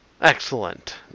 Excellent